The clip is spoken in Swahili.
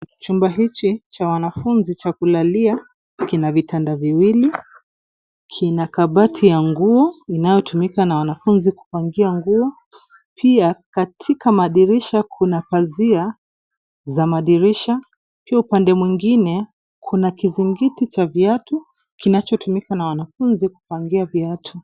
Chumba hiki cha wanafunzi ni cha kulala. Kina vitanda viwili. Kina kabati la nguo linalotumiwa na wanafunzi kupangia nguo. Pia, katika madirisha kuna pazia. Upande mwingine, kuna kivungio cha viatu kinachotumiwa na wanafunzi kupangia viatu.